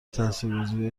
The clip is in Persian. تاثیرگذاری